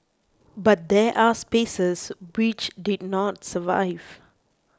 but there are spaces which did not survive